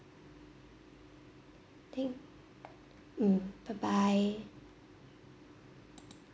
thank mm bye bye